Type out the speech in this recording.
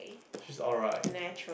she's alright